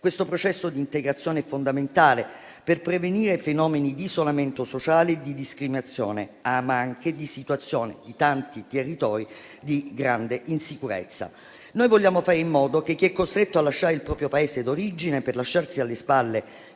Questo processo di integrazione è fondamentale per prevenire fenomeni di isolamento sociale e discriminazione, ma anche situazioni di grande insicurezza in tanti territori. Noi vogliamo fare in modo che chi è costretto a lasciare il proprio Paese d'origine per lasciarsi alle spalle